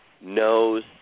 knows